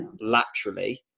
laterally